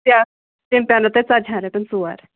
کیٛاہ تِم پٮ۪نَو تۄہہِ ژَتجہَن رۄپیَن ژور